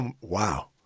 Wow